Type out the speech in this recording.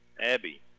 Abby